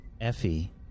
Effie